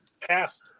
passed